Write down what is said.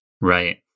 Right